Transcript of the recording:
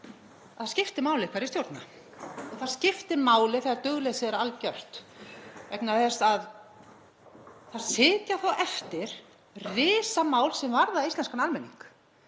það skiptir máli hverjir stjórna og það skiptir máli þegar dugleysið er algjört vegna þess að þá sitja eftir risamál sem varða íslenskan almenning.